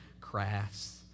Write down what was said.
crafts